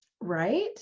Right